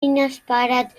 inesperat